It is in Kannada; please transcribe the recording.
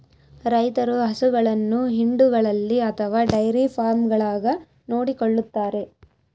ರೈತರು ಹಸುಗಳನ್ನು ಹಿಂಡುಗಳಲ್ಲಿ ಅಥವಾ ಡೈರಿ ಫಾರ್ಮ್ಗಳಾಗ ನೋಡಿಕೊಳ್ಳುತ್ತಾರೆ